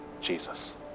Jesus